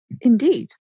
Indeed